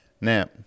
Now